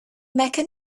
mecca